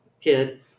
kid